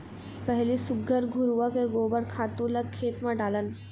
पहिली सुग्घर घुरूवा के गोबर खातू ल खेत म डालन